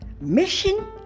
mission